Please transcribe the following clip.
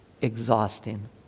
exhausting